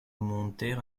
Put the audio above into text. monter